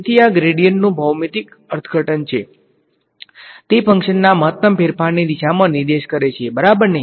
તેથી આ ગ્રેડીયંટનુ ભૌતિક અર્થઘટન છે તે ફંકશનના મહત્તમ ફેરફાર ની દિશામાં નિર્દેશ કરે છે બરાબર ને